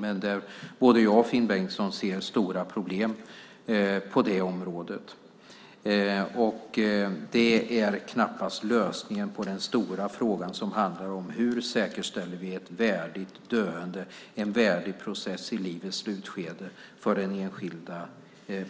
Men både jag och Finn Bengtsson ser stora problem på det området. Det är knappast lösningen på den stora frågan som handlar om hur vi säkerställer ett värdigt döende och en värdig process i livets slutskede för den enskilda